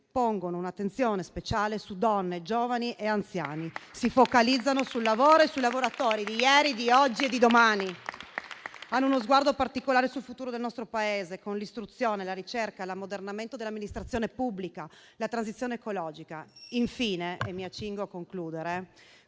pongono un'attenzione speciale su donne, giovani e anziani. Si focalizzano sul lavoro e sui lavoratori di ieri, di oggi e di domani. Hanno uno sguardo particolare sul futuro del nostro Paese, con l'istruzione, la ricerca, l'ammodernamento dell'amministrazione pubblica e la transizione ecologica. Infine, questo DEF è un documento